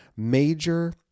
Major